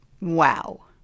Wow